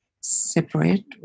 separate